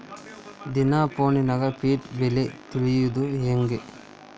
ದಿನಾ ಫೋನ್ಯಾಗ್ ಪೇಟೆ ಬೆಲೆ ತಿಳಿಯೋದ್ ಹೆಂಗ್?